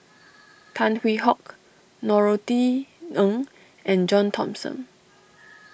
Tan Hwee Hock Norothy Ng and John Thomson